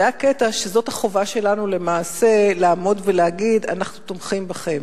זה היה קטע של החובה שלנו למעשה לעמוד להגיד: אנחנו תומכים בכם.